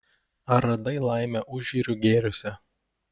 ar radai laimę užjūrių gėriuose